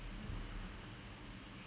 they're trying